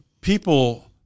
people